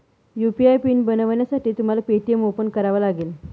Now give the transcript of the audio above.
UPI PIN बनवण्यासाठी तुम्हाला Paytm open करावा लागेल